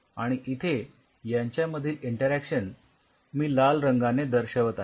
आणि इथे यांच्यामधील इंटरॅक्शन मी लाल रंगाने दर्शवत आहे